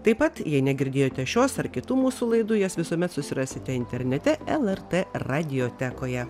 taip pat jei negirdėjote šios ar kitų mūsų laidų jas visuomet susiraskite internete lrt radiotekoje